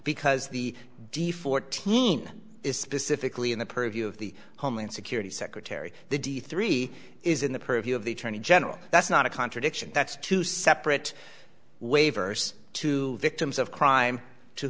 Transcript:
because the d fourteen is specifically in the purview of the homeland security secretary the d three is in the purview of the attorney general that's not a contradiction that's two separate waivers to victims of crime to